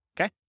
okay